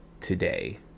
today